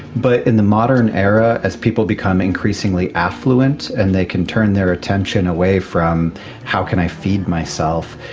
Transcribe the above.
but in the modern era as people become increasingly affluent and they can turn their attention away from how can i feed myself,